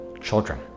children